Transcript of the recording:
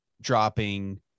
dropping